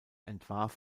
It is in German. entwarf